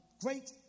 great